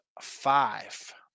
five